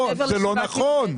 יש פיצוי חקלאות מעבר לשבעה קילומטר.